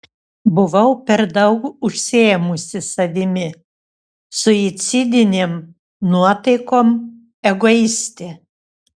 buvau per daug užsiėmusi savimi suicidinėm nuotaikom egoistė